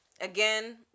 again